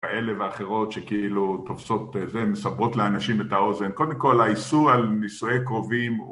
האלה ואחרות שכאילו תופסות, מסברות לאנשים את האוזן, קודם כל האיסור על נישואי קרובים